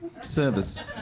service